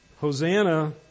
Hosanna